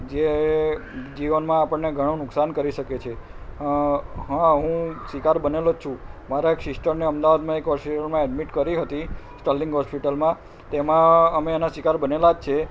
જે જીવનમાં આપણને ઘણું નુકસાન કરી શકે છે હા હું શિકાર બનેલો જ છું મારાં એક સિસ્ટરને અમદાવાદમાં એક હોસ્પિટલમાં એડમિટ કરી હતી સ્ટર્લિંગ હોસ્પિટલમાં તેમાં અમે એના શિકાર બનેલા જ છે